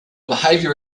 behavior